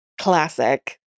Classic